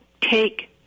take